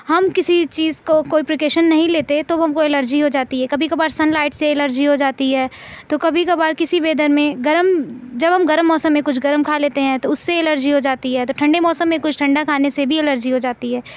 ہم کسی چیز کو کوئی پریکوشن نہیں لیتے تو ہم کو الرجی ہو جاتی ہے کبھی کبھار سن لائٹ سے الرجی ہو جاتی ہے تو کبھی کبھار کسی ویدر میں گرم جب ہم گرم موسم میں کچھ گرم کھا لیتے تو اس سے الرجی ہو جاتی ہے تو ٹھنڈے موسم میں کچھ ٹھنڈا کھانے سے بھی الرجی ہو جاتی ہے